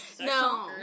No